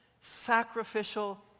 sacrificial